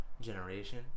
generation